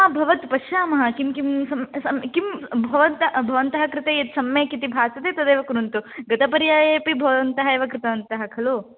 भवतु पश्यामः किं किं सम्य किं भवद् भवन्तः कृते यद् सम्यक् इति भासते तदेव कुर्वन्तु गत पर्याये अपि भवन्तः एव कृतवन्तः खलु